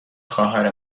خواهر